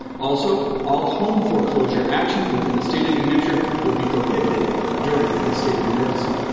also, all home foreclosure actions within the state of new hampshire will be prohibited during this state of emergency.